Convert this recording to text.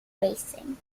racing